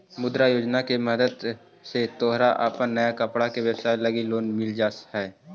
मुद्रा योजना के मदद से तोहर अपन नया कपड़ा के व्यवसाए लगी लोन मिल जा हई